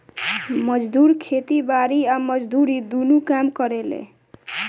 मजदूर खेती बारी आ मजदूरी दुनो काम करेले